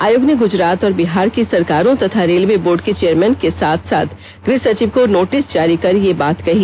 आयोग ने गुजरात और बिहार की सरकारों तथा रेलवे बोर्ड के चेयरमैन के साथ साथ गृह सचिव को नोटिस जारी कर यह बात कही